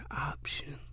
option